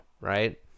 right